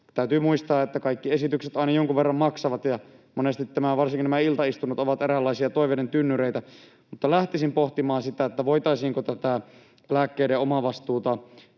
täytyy muistaa, että kaikki esitykset aina jonkun verran maksavat, ja monesti varsinkin nämä iltaistunnot ovat eräänlaisia toiveiden tynnyreitä, mutta lähtisin pohtimaan sitä, voitaisiinko tätä lääkkeiden omavastuuta